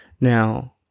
Now